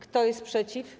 Kto jest przeciw?